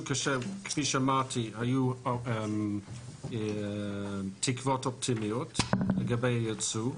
כאשר היו תקוות אופטימיות לגבי הייצוא,